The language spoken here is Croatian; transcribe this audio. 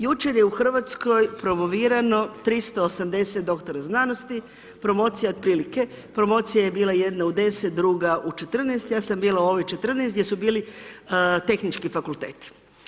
Jučer je u Hrvatskoj promovirano 380 doktora znanosti, promocija otprilike promocija je bila jedna u 10 druga u 14 ja sam bila u ovoj 14 gdje su bili tehnički fakulteti.